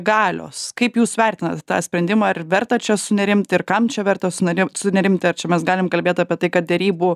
galios kaip jūs vertinat tą sprendimą ar verta čia sunerimti ir kam čia verta sunerimt sunerimti ar čia mes galim kalbėt apie tai kad derybų